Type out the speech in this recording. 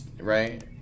right